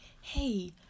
hey